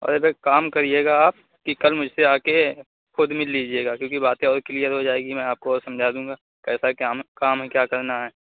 اور یا پھر کام کریے گا آپ کہ کل مجھے سے آ کے خود مل لیجیے گا کیونکہ باتیں اور کلیئر ہو جائے گی میں آپ کو اور سمجھا دوں گا کیسا کام ہے کام ہے کیا کرنا ہے